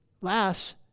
last